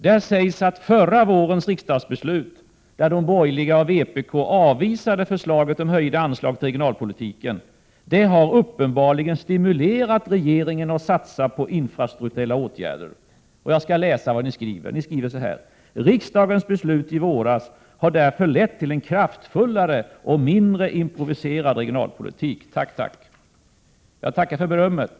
Där sägs att förra vårens riksdagsbeslut, då de borgerliga och vpk avvisade förslaget om höjning av anslagen till regionalpolitiken, uppenbarligen har stimulerat regeringen att satsa på infrastrukturella åtgärder. Jag skall läsa vad folkpartiet skriver: ”Riksdagens beslut i våras har därför lett till en kraftfullare och mindre improviserad regionalpolitik.” Jag tackar för berömmet.